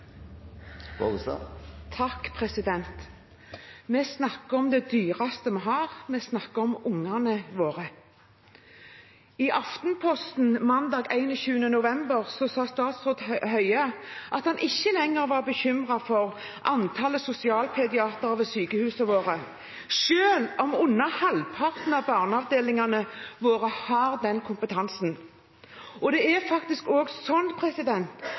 dyreste vi har – vi snakker om ungene våre. I Aftenposten mandag 21. november står det at statsråd Høie ikke lenger er bekymret for antall sosialpediatere ved sykehusene våre, selv om under halvparten av barneavdelingene våre har den kompetansen. Det er faktisk også slik at under 20 pst. av de ungene som blir utsatt for vold og